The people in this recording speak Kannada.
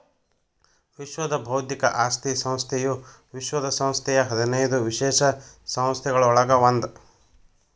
ವಿಶ್ವ ಬೌದ್ಧಿಕ ಆಸ್ತಿ ಸಂಸ್ಥೆಯು ವಿಶ್ವ ಸಂಸ್ಥೆಯ ಹದಿನೈದು ವಿಶೇಷ ಸಂಸ್ಥೆಗಳೊಳಗ ಒಂದ್